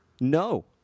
no